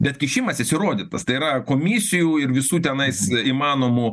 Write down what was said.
bet kišimasis įrodytas tai yra komisijų ir visų tenais įmanomų